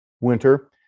winter